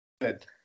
good